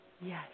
Yes